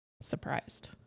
Surprised